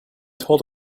told